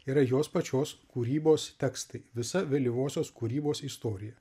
yra jos pačios kūrybos tekstai visa vėlyvosios kūrybos istorija